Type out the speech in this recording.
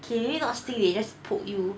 K maybe not sting they just poke you